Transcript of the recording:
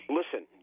listen